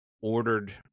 ordered